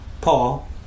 Paul